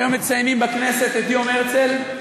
היום מציינים בכנסת את יום הרצל.